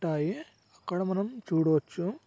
ఉంటాయి అక్కడ మనం చూడవచ్చు